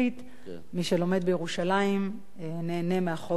מי שלומד בירושלים נהנה מהחוק גם כן.